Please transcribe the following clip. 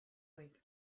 week